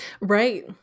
Right